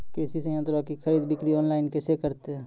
कृषि संयंत्रों की खरीद बिक्री ऑनलाइन कैसे करे?